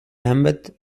embed